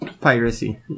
piracy